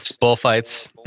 bullfights